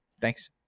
Thanks